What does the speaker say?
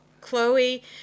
Chloe